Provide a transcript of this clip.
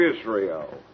Israel